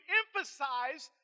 emphasize